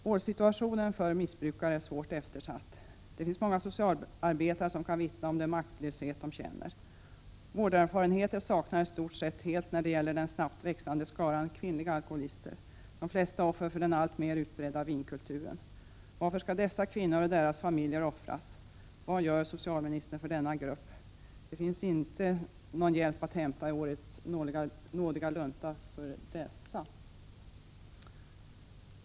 Vården av missbrukare är svårt eftersatt. Det finns många socialarbetare som kan vittna om den maktlöshet de känner. Vårderfarenheter saknas i stort sett helt när det gäller den snabbt växande skaran kvinnliga alkoholister, de flesta offer för den alltmer utbredda vinkulturen. Varför skall dessa kvinnor och deras familjer offras? Vad gör socialministern för denna grupp? Det finns inte någon hjälp att hämta för dessa i årets nådiga lunta.